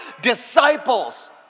disciples